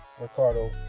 Ricardo